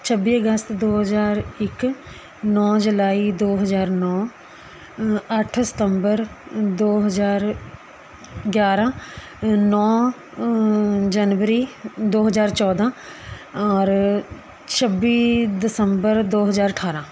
ਛੱਬੀ ਅਗਸਤ ਦੋ ਹਜ਼ਾਰ ਇੱਕ ਨੌ ਜੁਲਾਈ ਦੋ ਹਜ਼ਾਰ ਨੌ ਅ ਅੱਠ ਸਤੰਬਰ ਦੋ ਹਜ਼ਾਰ ਗਿਆਰ੍ਹਾਂ ਨੌ ਜਨਵਰੀ ਦੋ ਹਜ਼ਾਰ ਚੌਦ੍ਹਾਂ ਔਰ ਛੱਬੀ ਦਸੰਬਰ ਦੋ ਹਜ਼ਾਰ ਅਠਾਰ੍ਹਾਂ